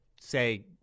say